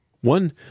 One